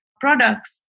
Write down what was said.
products